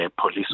police